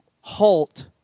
halt